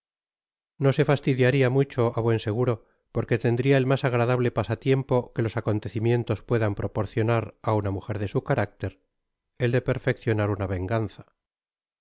no se fastidiaria mucho á buen seguro porque tendria el mas agradable pasatiempo que los acontecimientos puedan proporcionar á una mujer de su carácter el de perfeccionar una venganza